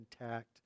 intact